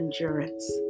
endurance